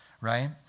right